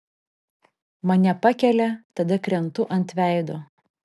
mane pakelia tada krentu ant veido